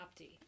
Opti